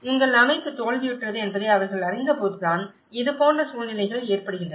உங்கள் அமைப்பு தோல்வியுற்றது என்பதை அவர்கள் அறிந்தபோதுதான் இதுபோன்ற சூழ்நிலைகள் ஏற்படுகின்றன